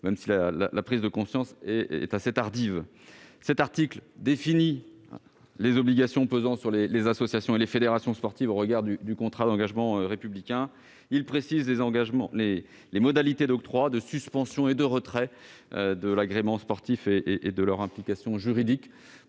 même si la prise de conscience est assez tardive. Cet article définit les obligations qui pèsent sur les associations et les fédérations sportives au regard du contrat d'engagement républicain. Il précise les modalités d'octroi, de suspension et de retrait de l'agrément sportif et leurs implications juridiques.